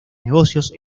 negocios